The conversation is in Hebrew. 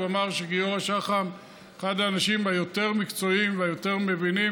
הוא אמר שגיורא שחם אחד האנשים היותר-מקצועיים והיותר-מבינים,